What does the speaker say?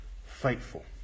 faithful